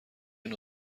نوع